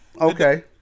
Okay